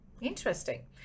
Interesting